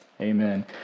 Amen